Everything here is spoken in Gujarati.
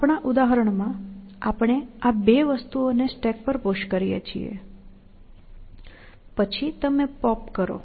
આપણા ઉદાહરણમાં આપણે આ બે વસ્તુઓને સ્ટેક પર પુશ કરીએ છીએ પછી તમે પોપ કરો